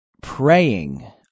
praying